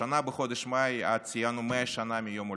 השנה בחודש מאי ציינו 100 שנה ליום הולדתו.